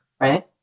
right